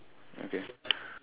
okay